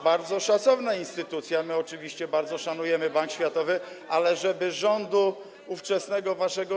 Bardzo szacowna instytucja, my oczywiście bardzo szanujemy Bank Światowy, ale żeby rządu ówczesnego, waszego.